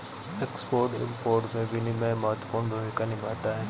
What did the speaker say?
export import में विनियमन महत्वपूर्ण भूमिका निभाता है